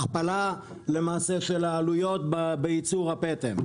הכפלה למעשה של העלויות בייצור הפטם.